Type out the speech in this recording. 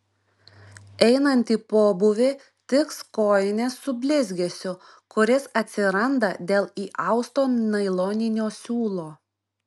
einant į pobūvį tiks kojinės su blizgesiu kuris atsiranda dėl įausto nailoninio siūlo